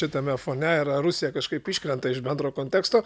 šitame fone ir ar rusija kažkaip iškrenta iš bendro konteksto